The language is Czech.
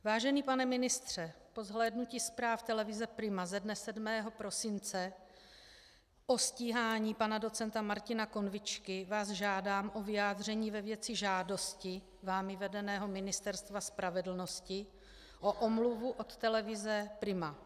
Vážený pane ministře, po zhlédnutí Zpráv televize Prima ze dne 7. prosince o stíhání pana docenta Martina Konvičky vás žádám o vyjádření ve věci žádosti vámi vedeného Ministerstva spravedlnosti o omluvu od televize Prima.